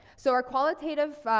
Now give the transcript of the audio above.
so our qualitative,